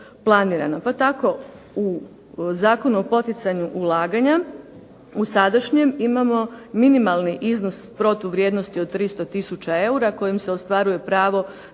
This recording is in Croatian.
Pa tako u Zakonu o poticanju ulaganja u sadašnje, imamo minimalni iznos protuvrijednosti od 300 tisuća eura kojim se ostvaruje pravo